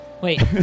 Wait